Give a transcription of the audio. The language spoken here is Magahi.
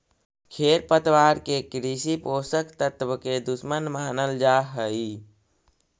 खेरपतवार के कृषि पोषक तत्व के दुश्मन मानल जा हई